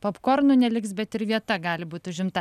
popkornų neliks bet ir vieta gali būt užimta